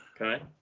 Okay